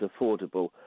affordable